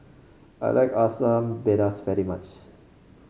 I like Asam Pedas very much